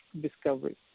discovery